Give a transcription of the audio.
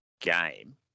game